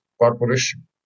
Corporation